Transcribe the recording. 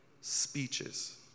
speeches